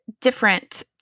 different